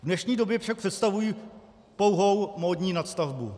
V dnešní době však představují pouhou módní nadstavbu.